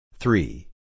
Three